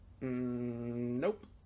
Nope